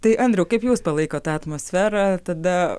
tai andriau kaip jūs palaikot tą atmosferą tada